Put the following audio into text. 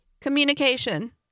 Communication